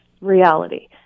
reality